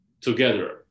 together